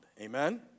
Amen